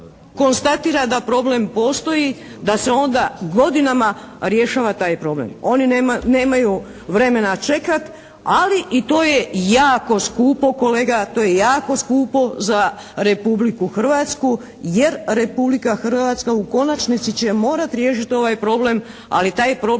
se konstatira da problem postoji, da se onda godinama rješava taj problem. Oni nemaju vremena čekat, ali i to je jako skupo kolega, to je jako skupo za Republiku Hrvatsku jer Republika Hrvatska u konačnici će morat riješiti ovaj problem ali taj problem